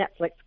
Netflix